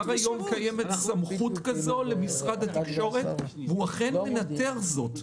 גם היום קיימת סמכות כזאת למשרד התקשורת והוא אכן מנטר זאת.